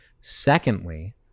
Secondly